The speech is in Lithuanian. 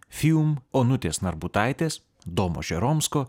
fjum onutės narbutaitės domo žeromsko